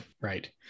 right